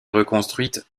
reconstruite